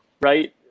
right